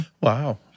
Wow